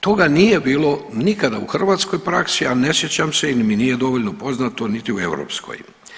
Toga nije bilo nikada u hrvatskoj praksi, a ne sjećam se ili mi nije dovoljno poznati niti u europskoj.